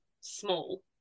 small